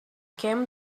came